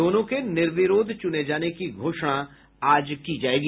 दोनों के निर्विरोध चुने जाने की घोषणा आज की जायेगी